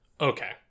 Okay